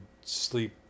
sleep